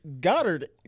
Goddard